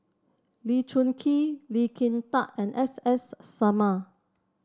Lee Choon Kee Lee Kin Tat and S S Sarma